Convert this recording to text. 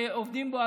שעובדים בו,